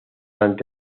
ante